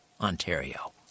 Ontario